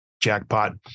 jackpot